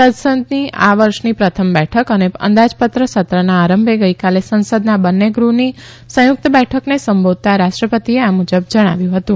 સંસદની આ વર્ષની પ્રથમ બેઠક અને અંદાજપત્ર સત્રના આરંભે ગઇકાલે સંસદના બંન્ને ગૃહની સંયુક્ત બેઠકને સંબોધતા રાષ્ટ્રપતીએ આ મુજબ જણાવ્યું હતું